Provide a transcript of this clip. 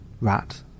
rat